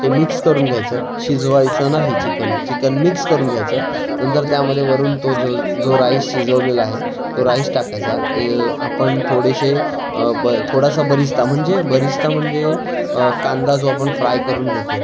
ते मिक्स करून घ्यायचं शिजवायचं नाही चिकन चिकन मिक्स करून घ्यायचं नंतर त्यामध्ये वरून तो जो राईस शिजवलेला आहे तो राईस टाकायचा आहे आपण थोडेसे ब थोडासा बरिस्ता म्हणजे बरिस्ता म्हणजे कांदा जो आपण फ्राय करून घेतो